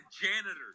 janitors